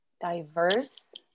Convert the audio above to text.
diverse